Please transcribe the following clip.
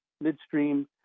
Midstream